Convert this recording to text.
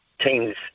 teams